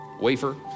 wafer